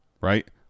right